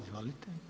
Izvolite.